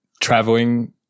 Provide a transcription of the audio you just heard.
traveling